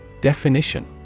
Definition